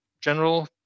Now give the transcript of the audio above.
general